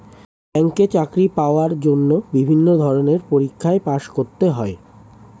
ব্যাংকে চাকরি পাওয়ার জন্য বিভিন্ন ধরনের পরীক্ষায় পাস করতে হয়